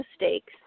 mistakes